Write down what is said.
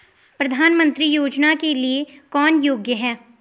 प्रधानमंत्री योजना के लिए कौन योग्य है?